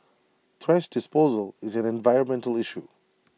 trash disposal is an environmental issue